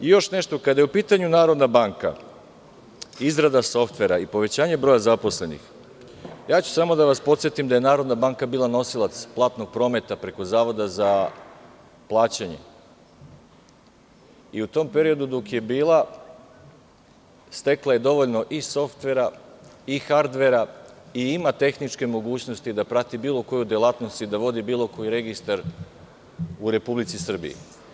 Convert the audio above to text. Još nešto, kada je u pitanju Narodna banka, izrada softvera i povećavanje broja zaposlenih, samo ću da vas podsetim da je Narodna banka bila nosilac platnog prometa preko Zavoda za plaćanje, i u tom periodu dok je bila stekla je dovoljno i softvera i hardvera i ima tehničke mogućnosti da prati bilo koju delatnost i da vodi bilo koji registar u Republici Srbiji.